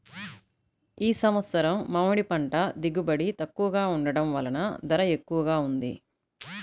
ఈ సంవత్సరం మామిడి పంట దిగుబడి తక్కువగా ఉండటం వలన ధర ఎక్కువగా ఉంది